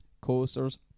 coasters